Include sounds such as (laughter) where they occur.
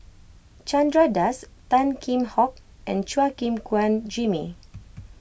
Chandra Das Tan Kheam Hock and Chua Gim Guan Jimmy (noise)